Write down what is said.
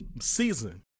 season